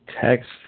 text